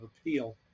appeal